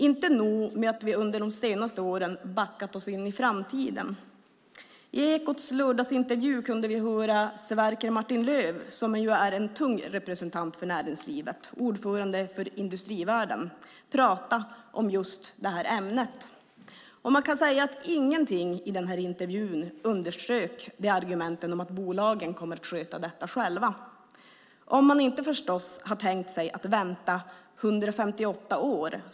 Inte nog med att vi under de senaste åren backat in i framtiden, i Ekots lördagsintervju kunde vi höra Sverker Martin-Löf, som är en tung representant för näringslivet och ordförande för Industrivärlden, prata om just det här ämnet. Ingenting i den här intervjun underströk argumenten att bolagen kommer att sköta detta själva om man inte har tänkt sig att vänta 158 år.